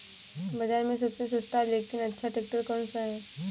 बाज़ार में सबसे सस्ता लेकिन अच्छा ट्रैक्टर कौनसा है?